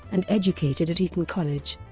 and educated at eton college.